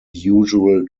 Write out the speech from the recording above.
usual